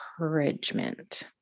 encouragement